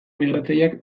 migratzaileak